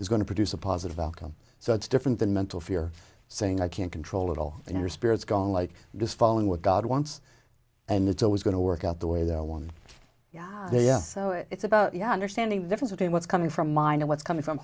is going to produce a positive outcome so it's different than mental fear saying i can't control it all and your spirits gone like just following what god wants and it's always going to work out the way that one yeah yeah so it's about you understanding the difference between what's coming from mine and what's coming from